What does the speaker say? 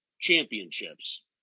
championships